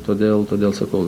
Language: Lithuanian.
todėl todėl sakau